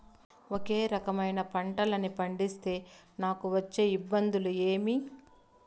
ఒకే రకమైన పంటలని పండిస్తే నాకు వచ్చే ఇబ్బందులు ఏమి?